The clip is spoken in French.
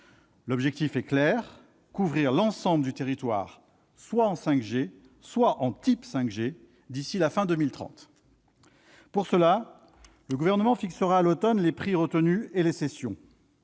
L'objectif est clair : couvrir l'ensemble du territoire soit en 5G, soit en « type 5G » d'ici à la fin 2030. Pour cela, le Gouvernement fixera à l'automne les prix retenus et les cessions.